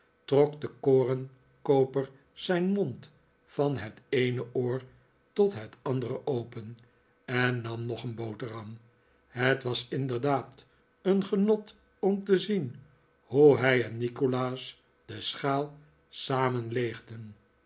trok de korenkooper zijn mond van het eene oor tot het andere open en nam nog een boterham het was inderdaad een genot om te zien hoe hij en nikolaas de schaal